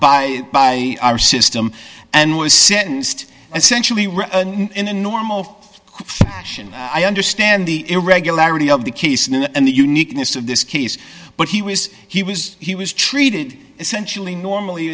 by by our system and was sentenced essentially in the normal of fashion i understand the irregularity of the case and the uniqueness of this case but he was he was he was treated essentially normal